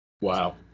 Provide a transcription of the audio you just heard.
Wow